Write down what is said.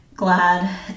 glad